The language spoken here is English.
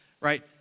right